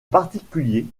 particulier